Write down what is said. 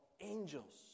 angels